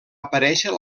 aparéixer